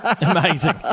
Amazing